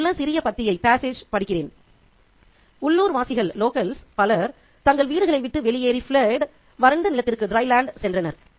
அங்குள்ள சிறிய பத்தியைப் படிக்கிறேன் உள்ளூர்வாசிகள் பலர் தங்கள் வீடுகளை விட்டு வெளியேறி வறண்ட நிலத்திற்குச் சென்றனர்